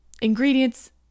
ingredients